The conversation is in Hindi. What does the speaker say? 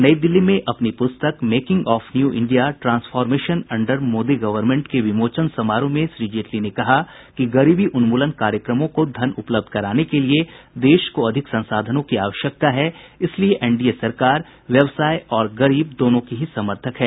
नई दिल्ली में अपनी पुस्तक making of new India transformation under Modi government के विमोचन समारोह में श्री जेटली ने कहा कि गरीबी उन्मूलन कार्यक्रमों को धन उपलब्ध कराने के लिए देश को अधिक संसाधनों की आवश्यकता है इसीलिए एनडीए सरकार व्यवसाय और गरीब दोनों की ही समर्थक है